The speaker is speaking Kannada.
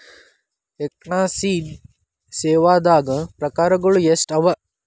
ಹಣ್ಕಾಸಿನ್ ಸೇವಾದಾಗ್ ಪ್ರಕಾರ್ಗಳು ಎಷ್ಟ್ ಅವ?